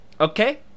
Okay